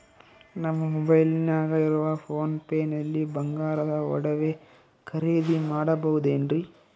ನಮ್ಮ ಮೊಬೈಲಿನಾಗ ಇರುವ ಪೋನ್ ಪೇ ನಲ್ಲಿ ಬಂಗಾರದ ಒಡವೆ ಖರೇದಿ ಮಾಡಬಹುದೇನ್ರಿ?